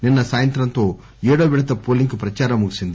నిన్స సాయంత్రంతో ఏడో విడత పోలింగ్ కు ప్రదారం ముగిసింది